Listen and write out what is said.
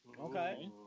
okay